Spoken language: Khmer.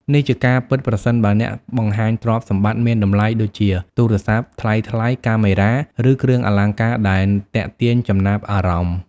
នេះជាការពិតប្រសិនបើអ្នកបង្ហាញទ្រព្យសម្បត្តិមានតម្លៃដូចជា ទូរស័ព្ទថ្លៃៗ កាមេរ៉ា ឬគ្រឿងអលង្ការដែលទាក់ទាញចំណាប់អារម្មណ៍។